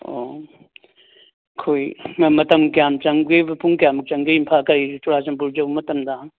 ꯑꯣ ꯑꯩꯈꯣꯏ ꯃꯇꯝ ꯀꯌꯥꯝ ꯆꯪꯒꯦ ꯄꯨꯡ ꯀꯌꯥꯃꯨꯛ ꯆꯪꯒꯦ ꯏꯃꯐꯥꯜ ꯀꯔꯤ ꯆꯨꯔꯆꯥꯟꯄꯨꯔ ꯌꯧꯕ ꯃꯇꯝꯗ